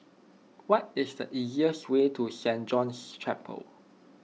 what is the easiest way to Saint John's Chapel